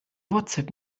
whatsapp